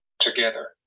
together